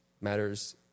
matters